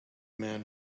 man